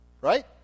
Right